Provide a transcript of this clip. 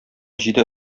җиде